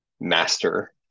master